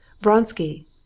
Vronsky